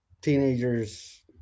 teenagers